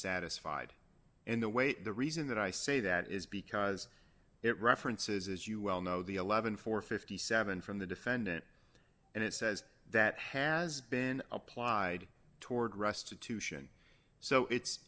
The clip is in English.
satisfied in the way that the reason that i say that is because it references as you well know the eleven for fifty seven from the defendant and it says that has been applied toward restitution so it's